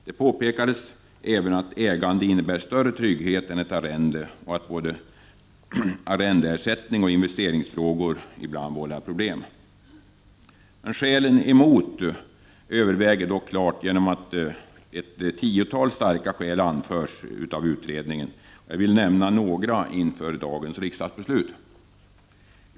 Det påpekades även att ägande innebär större trygghet än ett arrende och att både arrendeersättning och investeringsfrågor ibland vållar problem. Skälen emot överväger dock klart. Utredningen har anfört ett tiotal starka skäl, och jag vill nämna några inför dagens riksdagsbeslut.